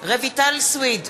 רויטל סויד,